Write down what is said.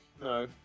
No